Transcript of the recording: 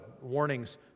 warnings